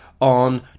on